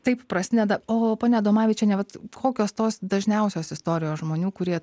taip prasideda o ponia adomavičiene vat kokios tos dažniausios istorijos žmonių kurie